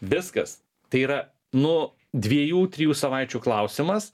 viskas tai yra nu dviejų trijų savaičių klausimas